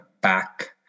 back